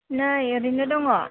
नै ओरैनो दङ